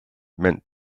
meant